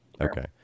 Okay